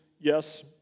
yes